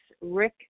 Rick